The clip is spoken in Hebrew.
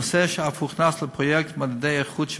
נושא שאף הוכנס לפרויקט מדדי האיכות של